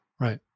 Right